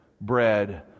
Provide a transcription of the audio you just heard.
bread